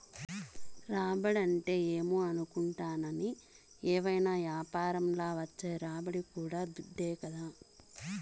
రాబడంటే ఏమో అనుకుంటాని, ఏవైనా యాపారంల వచ్చే రాబడి కూడా దుడ్డే కదా